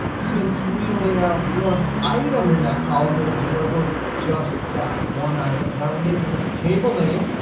since we only have one item in that column, it'll deliver just that one item. now we need to put the table name,